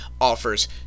offers